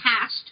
past